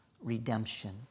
redemption